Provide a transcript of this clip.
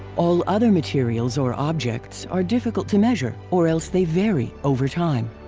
all other materials or objects are difficult to measure or else they vary over time.